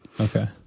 okay